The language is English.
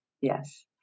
yes